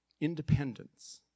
Independence